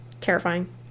terrifying